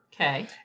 Okay